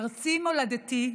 ארצי מולדתי,